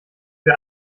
wir